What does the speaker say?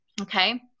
Okay